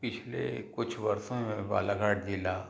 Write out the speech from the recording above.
पिछले कुछ वर्षों में बालाघाट जिला